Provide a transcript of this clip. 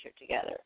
together